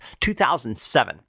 2007